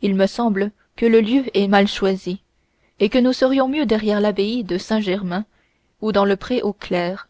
il me semble que le lieu est assez mal choisi et que nous serions mieux derrière l'abbaye de saint-germain ou dans le pré aux clercs